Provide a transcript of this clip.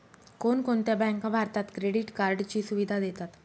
कोणकोणत्या बँका भारतात क्रेडिट कार्डची सुविधा देतात?